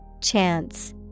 Chance